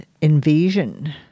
invasion